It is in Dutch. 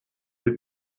dit